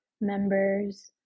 members